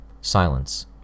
Silence